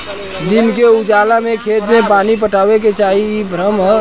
दिन के उजाला में खेत में पानी पटावे के चाही इ भ्रम ह